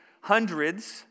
hundreds